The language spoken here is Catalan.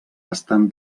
estan